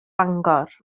bangor